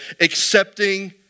accepting